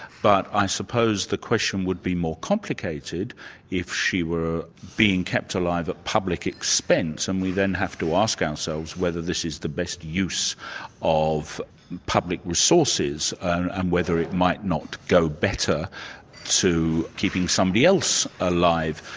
but i suppose the question would be more complicated if she were being kept alive at public expense, and we then have to ask ourselves whether this is the best use of public resources and whether it might no go better to keeping somebody else alive.